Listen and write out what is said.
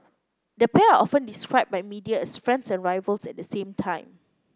the pair are often described by media as friends and rivals at the same time